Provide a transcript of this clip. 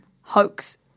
hoax